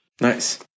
Nice